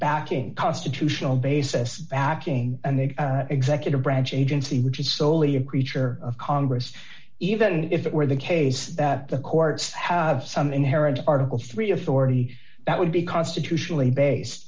backing constitutional basis backing and the executive branch agency which is solely a creature of congress even if it were the case that the courts have some inherent article three authority that would be constitutionally base